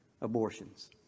abortions